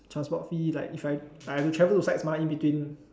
transport fee like if I I have to travel to sites mah in between